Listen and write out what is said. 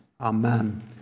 Amen